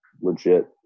legit